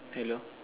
hello